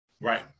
Right